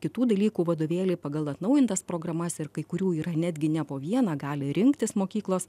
kitų dalykų vadovėliai pagal atnaujintas programas ir kai kurių yra netgi ne po vieną gali rinktis mokyklos